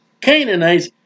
Canaanites